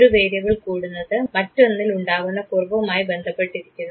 ഒരു വേരിയബിൾ കൂടുന്നത് മറ്റൊന്നിൽ ഉണ്ടാകുന്ന കുറവുമായി ബന്ധപ്പെട്ടിരിക്കുന്നു